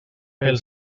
pel